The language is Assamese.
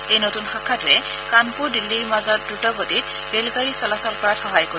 এই নতূন শাখাটোৱে কানপুৰ দিন্নীৰ মাজত দ্ৰুতগতিত ৰেলগাড়ী চলাচল কৰাত সহায় কৰিব